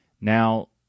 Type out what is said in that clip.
Now